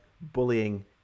bullying